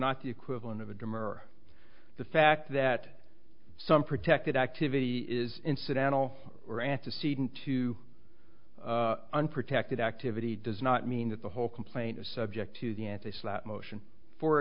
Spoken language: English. not the equivalent of a demur the fact that some protected activity is incidental or antecedent to unprotected activity does not mean that the whole complaint is subject to the ethics that motion for